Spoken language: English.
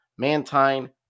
Mantine